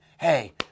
Hey